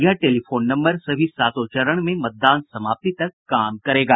यह telephone number सभी सातों चरण में मतदान समाप्ति तक कार्य करेगा